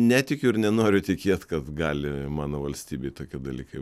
netikiu ir nenoriu tikėt kad gali mano valstybėj tokie dalykai